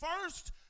first